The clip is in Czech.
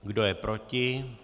Kdo je proti?